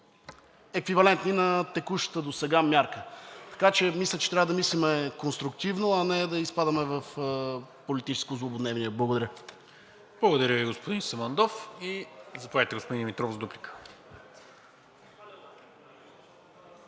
еквивалентни на текущата досега мярка. Така че мисля, че трябва да мислим конструктивно, а не да изпадаме в политическо злободневие. Благодаря. ПРЕДСЕДАТЕЛ НИКОЛА МИНЧЕВ: Благодаря Ви, господин Самандов. Заповядайте, господин Димитров, за дуплика.